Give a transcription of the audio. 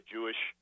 Jewish